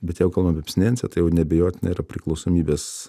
bet jeigu kalbam apie abstinenciją tai jau neabejotinai yra priklausomybės